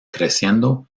creciendo